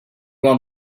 want